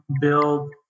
build